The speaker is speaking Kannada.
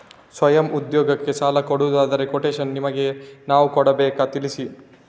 ಸ್ವಯಂ ಉದ್ಯೋಗಕ್ಕಾಗಿ ಸಾಲ ಕೊಡುವುದಾದರೆ ಕೊಟೇಶನ್ ನಿಮಗೆ ನಾವು ಕೊಡಬೇಕಾ ತಿಳಿಸಿ?